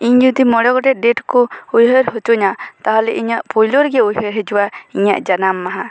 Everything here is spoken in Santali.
ᱤᱧ ᱡᱩᱫᱤ ᱢᱚᱬᱮ ᱜᱚᱴᱮᱡ ᱰᱮᱴ ᱠᱚ ᱩᱭᱦᱟᱹᱨ ᱦᱚᱪᱚᱧᱟ ᱛᱟᱦᱚᱞᱮ ᱤᱧᱟᱹᱜ ᱯᱩᱭᱞᱚ ᱨᱮᱜᱮ ᱩᱭᱦᱟᱹᱨ ᱦᱤᱡᱩᱜᱼᱟ ᱤᱧᱟᱹᱜ ᱡᱟᱱᱟᱢ ᱢᱟᱦᱟ